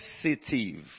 sensitive